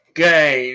Okay